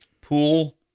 pool